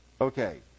Okay